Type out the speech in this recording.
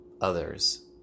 others